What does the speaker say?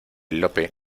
lope